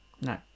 No